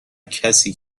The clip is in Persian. کسی